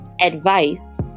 advice